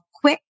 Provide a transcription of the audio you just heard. quick